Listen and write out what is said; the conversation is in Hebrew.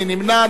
מי נמנע?